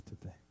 today